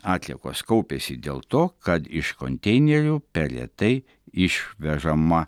atliekos kaupiasi dėl to kad iš konteinerių per lėtai išvežama